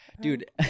Dude